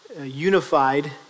unified